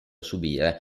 subire